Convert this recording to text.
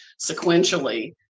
sequentially